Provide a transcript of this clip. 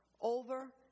over